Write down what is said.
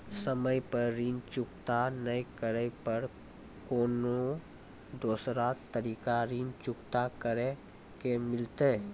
समय पर ऋण चुकता नै करे पर कोनो दूसरा तरीका ऋण चुकता करे के मिलतै?